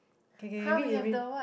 K K you read you read